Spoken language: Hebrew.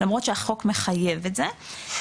למרות שהחוק מחייב את זה,